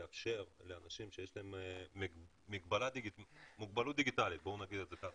לאפשר לאנשים שיש להם מוגבלות דיגיטלי - נגדיר לזה כך,